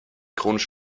chronisch